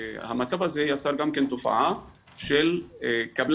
המצב הזה יצר גם כן תופעה של קבלנים,